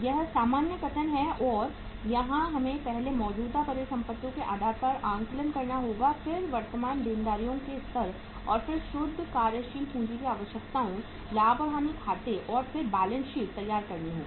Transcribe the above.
यह सामान्य कथन है और यहां हमें पहले मौजूदा परिसंपत्तियों के स्तर का आकलन करना होगा फिर वर्तमान देनदारियों का स्तर और फिर शुद्ध कार्यशील पूंजी की आवश्यकताओं लाभ और हानि खाते और फिर बैलेंस शीट तैयार करनी होगी